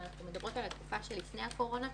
אלא אנחנו מדברות על התקופה שלפני הקורונה,